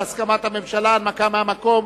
זה בהסכמת הממשלה, הנמקה מהמקום.